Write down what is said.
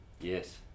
yes